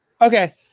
Okay